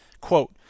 Quote